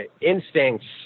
instincts